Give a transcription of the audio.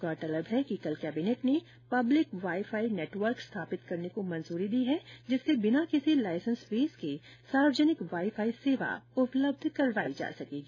गौरतलब है कि कल कैंबिनेट ने पब्लिक वाई फाई नेटवर्क स्थापित करने को मंजूरी दी जिससे बिना किसी लाइसेंस फीस के सार्वजनिक वाई फाई सेवा उपलब्ध करवाई जा सकेगी